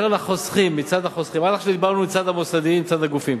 עד עכשיו דיברנו מצד המוסדיים ומצד הגופים.